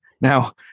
Now